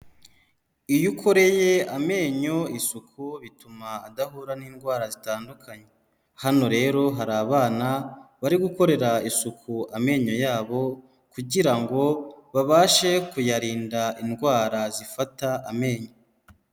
Iyo ukoreye amenyo isuku bituma adahura n'indwara zitandukanye, hano rero hari abana bari gukorera isuku amenyo yabo kugira ngo babashe kuyarinda indwara zifata amenyo.